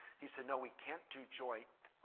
he said, no, we can't do joint